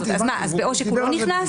אז מה, אז בעושק הוא לא נכנס?